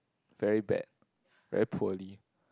very bad very poorly